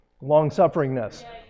long-sufferingness